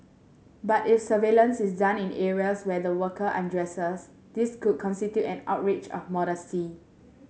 but if surveillance is done in areas where the worker undresses this could constitute an outrage of modesty